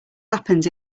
happens